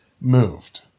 moved